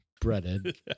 Breaded